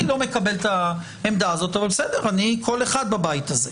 אני לא מקבל את העמדה הזו אבל אני קול אחד בבית הזה.